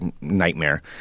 nightmare